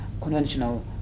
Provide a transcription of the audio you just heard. conventional